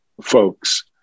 folks